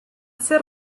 ser